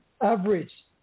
average